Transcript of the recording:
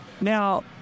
Now